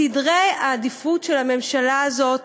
סדרי העדיפויות של הממשלה הזאת